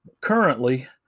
Currently